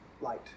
light